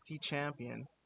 champion